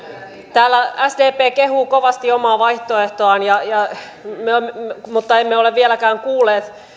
täällä sdp kehuu kovasti omaa vaihtoehtoaan mutta emme ole vieläkään kuulleet